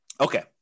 Okay